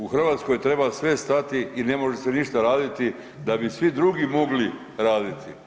U Hrvatskoj treba sve stati i ne može se ništa raditi, da bi svi drugi mogli raditi.